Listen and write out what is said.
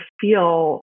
feel